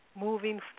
moving